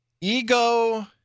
ego